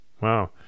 Wow